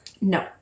No